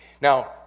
Now